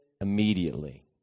immediately